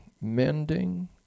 mending